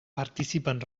participen